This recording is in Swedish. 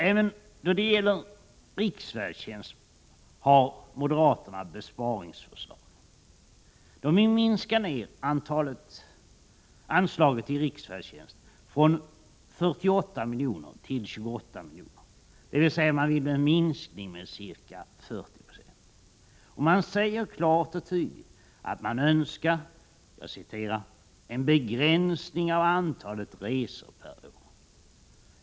Även då det gäller riksfärdtjänst har moderaterna besparingsförslag. De vill minska anslaget till riksfärdtjänst från 48 miljoner till 28 miljoner, dvs. en minskning med ca 40 20. Man säger klart och tydligt att man önskar en ”begränsning av antalet resor per år”.